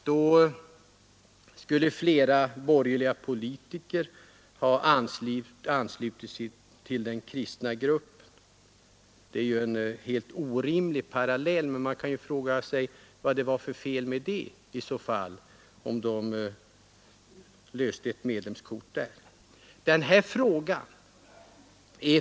Då anslöt sig flera borgerliga partier till den kristna gruppen, sade herr Karlsson. Det var ju en orimlig parallell, men man kan ju undra vad det var för fel iatt borgerliga politiker löste medlemskort i kristna grupper.